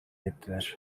ettiler